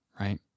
right